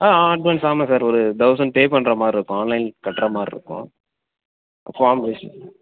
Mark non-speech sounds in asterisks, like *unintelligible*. ஆ advance ஆமாம் sir ஒரு thousand pay பண்ற மாரிருக்கும் ஆன்லைனில் கட்டுகிற மாரிருக்கும் *unintelligible*